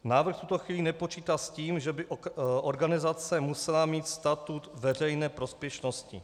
Návrh v tuto chvíli nepočítá s tím, že by organizace musela mít statut veřejné prospěšnosti.